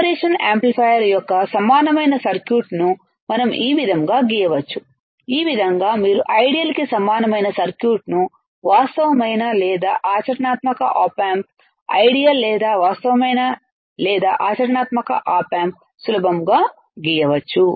operation యాంప్లిఫైయర్యొక్క సమానమైన సర్క్యూట్ను మనం ఈ విధంగా గీయవచ్చు ఈ విధంగా మీరు ఐడియల్ కి సమానమైన సర్క్యూట్ను వాస్తవమైన లేదా ఆచరణాత్మక ఆప్ ఆంప్ఐడియల్ లేదా వాస్తవమైన లేదా ఆచరణాత్మక ఆప్ ఆంప్ సులభంగా గీయవచ్చు